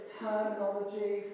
terminology